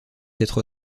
être